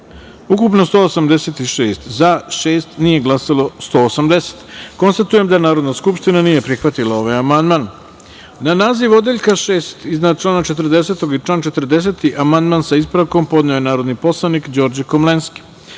ukupno – 186, za – osam, nije glasalo 178.Konstatujem da Narodna skupština nije prihvatila ovaj amandman. Na naziv odeljka 11. iznad člana 45. i član 45. amandman sa ispravkom je podneo narodni poslanik Đorđe Komlenski. Stavljam